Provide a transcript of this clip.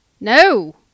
No